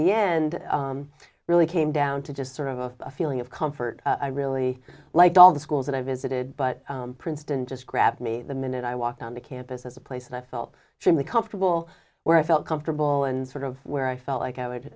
the end i really came down to just sort of a feeling of comfort i really like all the schools that i visited but princeton just grabbed me the minute i walked on the campus at the place and i felt strongly comfortable where i felt comfortable and sort of where i felt like i would